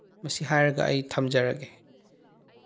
ꯃꯁꯤ ꯍꯥꯏꯔꯒ ꯑꯩ ꯊꯝꯖꯔꯒꯦ